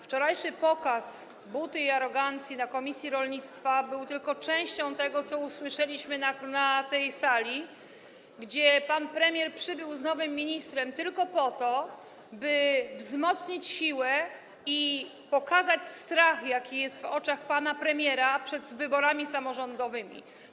Wczorajszy pokaz buty i arogancji w komisji rolnictwa był tylko częścią tego, co usłyszeliśmy na tej sali, gdzie pan premier przybył z nowym ministrem tylko po to, by wzmocnić siłę i pokazać strach, jaki jest w oczach pana premiera przed wyborami samorządowymi.